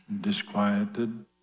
disquieted